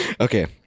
Okay